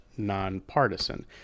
Nonpartisan